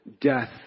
death